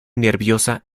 nerviosa